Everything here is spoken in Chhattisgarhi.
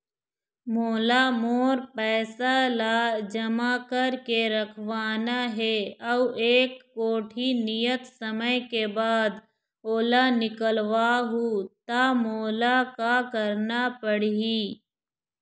मोला मोर पैसा ला जमा करके रखवाना हे अऊ एक कोठी नियत समय के बाद ओला निकलवा हु ता मोला का करना पड़ही?